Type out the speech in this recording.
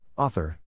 Author